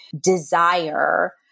desire